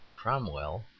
Cromwell